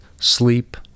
sleep